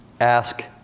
ask